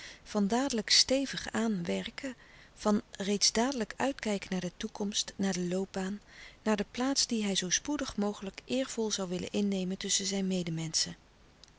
van dadelijk stevig aan werken van reeds dadelijk uitkijken naar de toekomst naar de loopbaan naar de plaats die hij zoo spoedig mogelijk eervol zoû willen innemen tusschen zijn